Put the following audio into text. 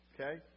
okay